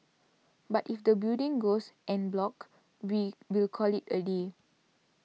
but if the building goes en bloc we will call it a day